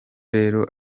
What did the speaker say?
rero